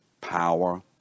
power